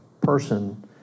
person